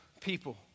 people